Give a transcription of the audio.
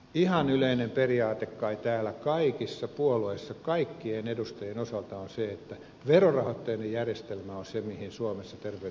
ihan yleinen periaate kai täällä kaikissa puolueissa kaikkien edustajien osalta on se että verorahoitteinen järjestelmä on se mihin suomessa terveydenhuollon pitäisi pystyä nojaamaan